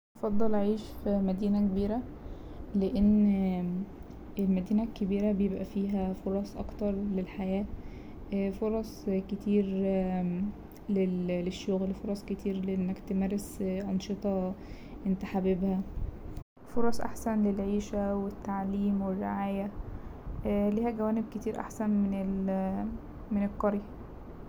هفضل اعيش في مدينة كبيرة لأن المدينة الكبيرة بيبقى فيها فرص اكتر للحياة فرص كتير لل- للشغل فرص كتير لأنك تمارس أنشطة انت حاببها فرص احسن للعيشة والتعليم والرعاية ليها جوانب كتير احسن من القرية.